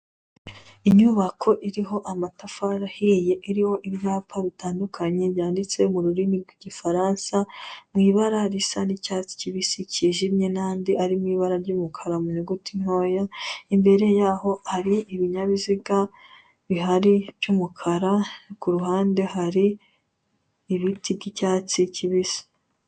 Inyubako iriho amatafari ahiye iriho ibyapa bitandukanye byanditse mu rurimi rw'igifaransa, mu ibara risa n'icyatsi kibisi kijimye n'andi ari mu ibara ry'umukara mu nyuguti ntoya, imbere yaho hari ibinyabiziga bihari by'umukara, ku ruhande hari ibiti by'icyatsi kibisi.